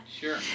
Sure